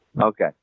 Okay